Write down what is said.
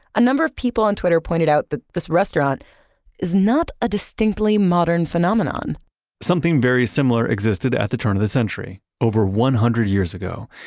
a number of people on twitter pointed out that this restaurant is not a distinctly modern phenomenon something very similar existed at the turn of the century, over one hundred years ago,